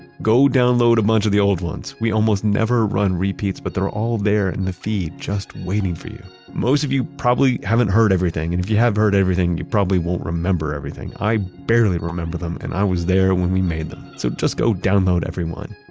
go download a bunch of the old ones. we almost never run repeats, but they're all there in the feed, just waiting for you. most of you probably haven't heard everything, and if you have heard everything, you probably won't remember everything. i barely remember them and i was there when we made them. so just go download every one.